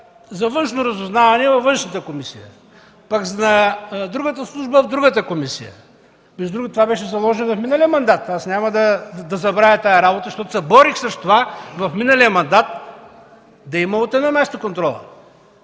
за външно разузнаване във Външната комисия, другата служба – в другата комисия. Между другото, това беше заложено в миналия мандат. Аз няма да забравя тази работа, защото се борих с това в миналия мандат да има контрол